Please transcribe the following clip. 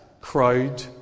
crowd